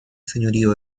señorío